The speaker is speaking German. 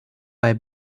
bei